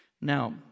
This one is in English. Now